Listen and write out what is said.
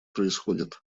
происходит